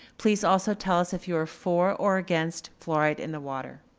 please also tell us if you were for or against fluoride in the water.